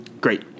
Great